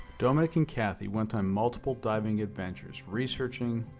dominique and cathy went on multiple diving adventures researching,